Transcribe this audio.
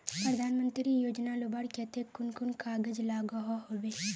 प्रधानमंत्री योजना लुबार केते कुन कुन कागज लागोहो होबे?